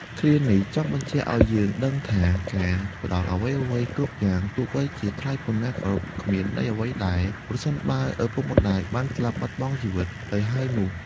ឃ្លានេះ ចង់បញ្ជាក់អោយយើងដឹងថា ការផ្តល់អ្វីៗគ្រប់យ៉ាង ទោះបីជាថ្លៃប៉ុណ្ណា ក៏គ្មានន័យអ្វីដែរ ប្រសិនបើឪពុកម្តាយបានស្លាប់បាត់បង់ជីវិតទៅហើយនោះ។